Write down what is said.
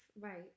Right